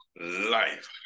life